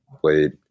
Played